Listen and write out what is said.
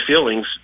feelings